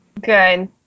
good